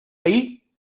allí